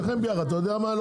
אתה יודע מה?